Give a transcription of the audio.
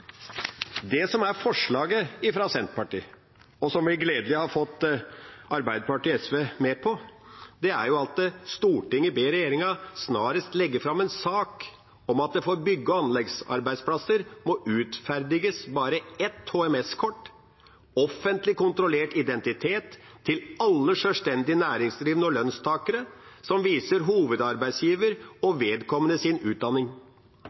Det som er forslaget fra Senterpartiet, og som vi – det er gledelig – har fått Arbeiderpartiet og SV med på, er: «Stortinget bed regjeringa snarast leggja fram sak om at det for bygge- og anleggsarbeidsplassar må utferdast berre eitt HMS-kort med offentleg kontrollert identitet til alle sjølvstendig næringsdrivande og lønstakarar, som viser hovudarbeidsgjevar og vedkomande si utdanning.